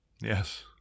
Yes